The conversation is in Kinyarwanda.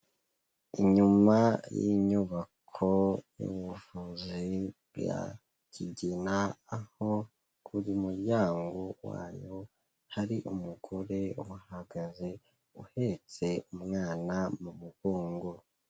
Inyuma y'inyubako y'ubuvuzi bwa kigina aho buri muryango wayo hari umugore uhahagaze uhetse umwana mu mugongo.